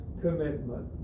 commitment